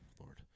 Lord